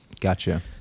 Gotcha